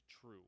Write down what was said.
true